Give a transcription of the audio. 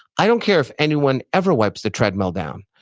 i don't care if anyone ever wipes the treadmill down,